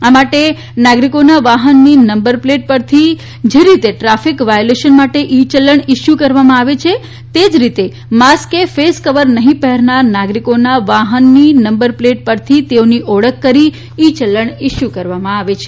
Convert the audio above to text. આ માટે નાગરીકોના વાહનની નંબર પ્લેટ પરથી જે રીતે ટ્રાફીક વાયોલેશન માટે ઇ ચલણ ઇસ્યુ કરવામાં આવે છે તે રીતે માસ્ક કે ફેસ કવર નહી પહેરનાર નાગરીકોના વાહનની નંબર પ્લેટ પરથી તેઓની ઓળખ કરીને ઇ ચલન ઇસ્યુ કરવામાં આવે છે